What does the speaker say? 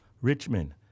Richmond